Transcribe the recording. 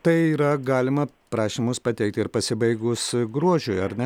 tai yra galima prašymus pateikti ir pasibaigus gruodžiui ar ne